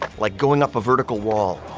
like going up a vertical wall,